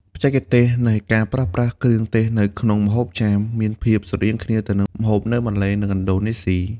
បច្ចេកទេសនៃការប្រើប្រាស់គ្រឿងទេសនៅក្នុងម្ហូបចាម មានភាពស្រដៀងគ្នាទៅនឹងម្ហូបនៅម៉ាឡេសុី និងឥណ្ឌូនេស៊ី។